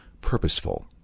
purposeful